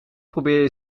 probeerde